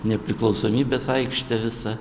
nepriklausomybės aikštė visa